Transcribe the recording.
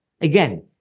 Again